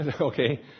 Okay